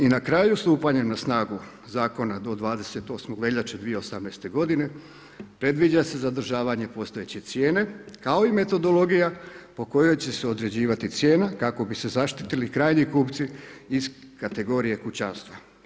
I na kraju stupanjem na snagu zakona do 28.2.2018. g. predviđa se zadržavanje postojeće cijene, kao i metodologija po kojoj će se određivati cijena, kako bi se zaštitili krajnji kupci iz kategorije kućanstva.